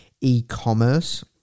e-commerce